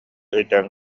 өйдөөн